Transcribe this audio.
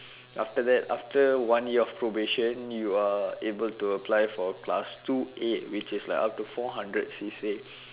after that after one year of probation you are able to apply for class two A which is like up to four hundred C_C